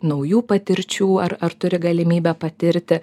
naujų patirčių ar ar turi galimybę patirti